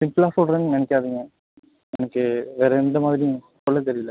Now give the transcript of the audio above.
சிம்பிளாக சொல்கிறேன்னு நினைக்காதீங்க எனக்கு வேற எந்த மாதிரியும் சொல்லத் தெரியல